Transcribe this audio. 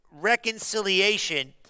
reconciliation